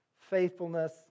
faithfulness